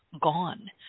gone